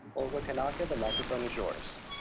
olga konakka, the microphone is yours.